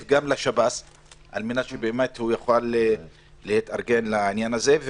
לשב"ס על מנת שהוא באמת יוכל להתארגן לדבר הזה.